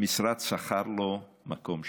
המשרד שכר לו מקום שם,